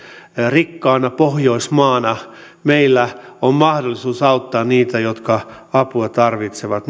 rikkaana pohjoismaana meillä on mahdollisuus auttaa niitä jotka apua tarvitsevat